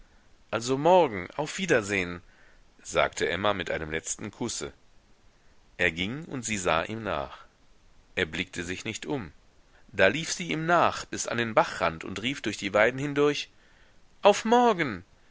also morgen auf wiedersehen sagte emma mit einem letzten kusse er ging und sie sah ihm nach er blickte sich nicht um da lief sie ihm nach bis an den bachrand und rief durch die weiden hindurch auf morgen